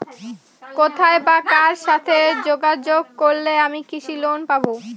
কোথায় বা কার সাথে যোগাযোগ করলে আমি কৃষি লোন পাব?